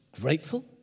Grateful